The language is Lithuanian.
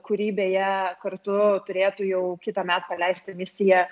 kurį beje kartu turėtų jau kitąmet paleisti misija